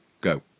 Go